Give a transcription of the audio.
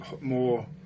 more